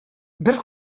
бер